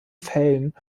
fällen